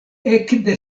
ekde